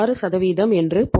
6 என்று பொருள்